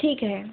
ठीक है